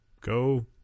go